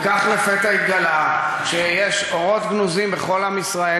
וכך לפתע התגלה שיש אורות גנוזים בכל עם ישראל,